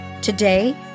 Today